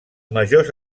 majors